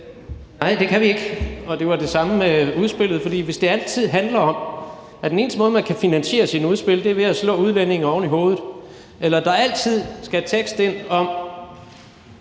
Nej, det kan vi ikke, og det var det samme med udspillet, for hvis det altid handler om, at den eneste måde, man kan finansiere sine udspil på, er ved at slå udlændinge oven i hovedet, eller at der altid skal en tekst ind om,